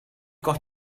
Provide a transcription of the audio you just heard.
got